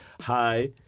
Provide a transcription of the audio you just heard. hi